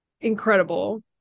incredible